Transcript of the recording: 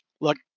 Look